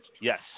Yes